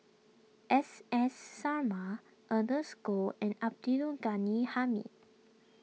S S Sarma Ernest Goh and Abdul Ghani Hamid